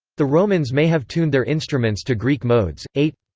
the romans may have tuned their instruments to greek modes. eight